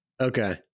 okay